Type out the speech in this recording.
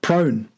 Prone